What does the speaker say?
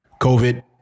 COVID